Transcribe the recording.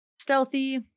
stealthy